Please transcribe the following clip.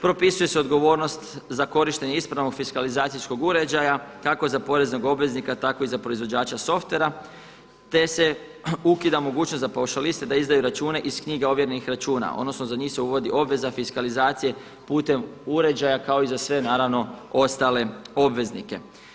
Propisuje se odgovornost za korištenje ispravnog fiskalizacijskog uređaja kako za poreznog obveznika tako i za proizvođača softvera te se ukida mogućnost za paušaliste da izdaju račune iz knjiga ovjerenih računa odnosno za njih se uvodi obveza fiskalizacije putem uređaja kao i za sve naravno ostale obveznike.